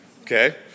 okay